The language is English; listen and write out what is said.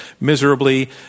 miserably